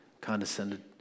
condescended